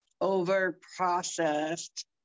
over-processed